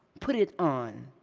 put it on,